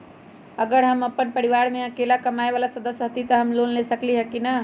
अगर हम अपन परिवार में अकेला कमाये वाला सदस्य हती त हम लोन ले सकेली की न?